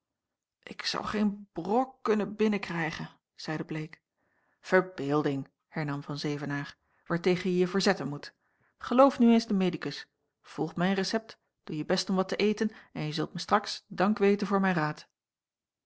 ik zou geen brok kunnen binnenkrijgen zeide bleek verbeelding hernam van zevenaer waartegen je je verzetten moet geloof nu eens den medicus volg mijn recept doe je best om wat te eten en je zult mij straks dank weten voor mijn raad